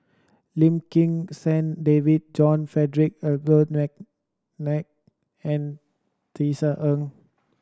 Lim Kim San David John Frederick Adolphus McNair and Tisa Ng